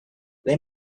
they